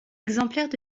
exemplaires